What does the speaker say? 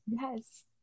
yes